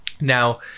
Now